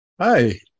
Hi